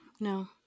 No